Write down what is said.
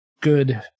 good